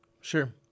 Sure